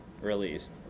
released